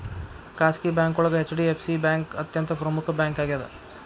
ಖಾಸಗಿ ಬ್ಯಾಂಕೋಳಗ HDFC bank ಅತ್ಯಂತ ಪ್ರಮುಖ್ ಬ್ಯಾಂಕಾಗ್ಯದ